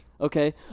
okay